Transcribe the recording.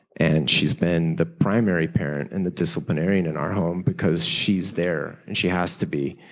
and she has been the primary parent and the disciplinarian in our home, because she is there. and she has to be